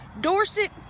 Dorset